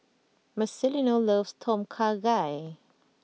Marcelino loves Tom Kha Gai